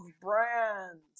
brands